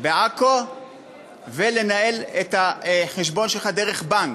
בעכו ולנהל את החשבון שלך דרך בנק,